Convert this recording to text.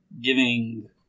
giving